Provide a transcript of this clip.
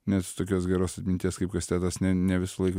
nes tokios geros atminties kaip kastetas ne ne visąlaik